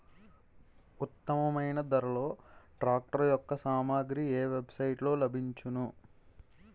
ఉత్తమమైన ధరలో ట్రాక్టర్ యెక్క సామాగ్రి ఏ వెబ్ సైట్ లో లభించును?